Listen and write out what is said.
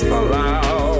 allow